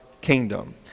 kingdom